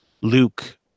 Luke